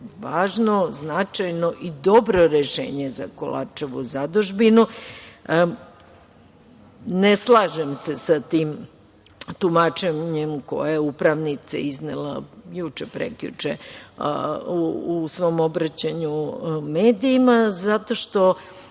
važno, značajno i dobro rešenje za Kolarčevu zadužbinu. Ne slažem se sa tim tumačenjem koje je upravnica iznela juče, prekjuče u svom obraćanju medijima zato što